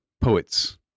poets